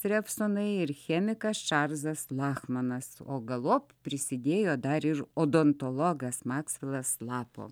revsonai ir chemikas čarlzas lachmanas o galop prisidėjo dar ir odontologas maksvelas lapo